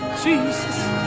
Jesus